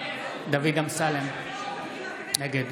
דוד אמסלם, נגד